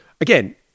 Again